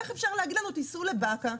איך אפשר להגיד לנו תיסעו לבאקה.